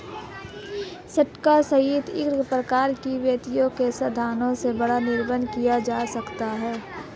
stock सहित कई प्रकार के वित्तीय साधनों से बाड़ा का निर्माण किया जा सकता है